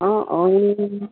অঁ অঁ